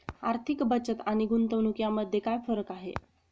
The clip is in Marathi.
आर्थिक बचत आणि गुंतवणूक यामध्ये काय फरक आहे?